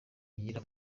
igira